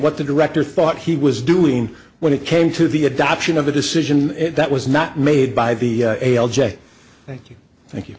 what the director thought he was doing when it came to the adoption of a decision that was not made by the thank you thank you